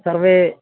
सर्वं